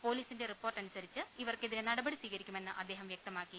പൊലീസിന്റെ റിപ്പോർട്ട് അനുസരിച്ച് ഇവർക്കെതിരെ നടപടി സ്വീകരിക്കുമെന്ന് അദ്ദേഹം വ്യക്തമാക്കി